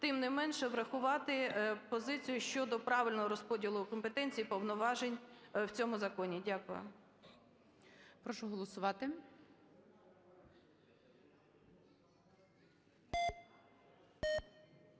Тим не менше, врахувати позицію щодо правильного розподілукомпетенцій і повноважень в цьому законі. Дякую. ГОЛОВУЮЧИЙ. Прошу голосувати.